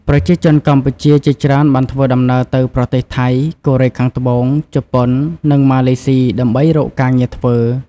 ប្រជាជនកម្ពុជាជាច្រើនបានធ្វើដំណើរទៅប្រទេស ថៃ កូរ៉េខាងត្បូង ជប៉ុន និងម៉ាឡេសុី ដើម្បីរកការងារធ្វើ។